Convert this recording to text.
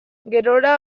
gerora